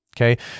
Okay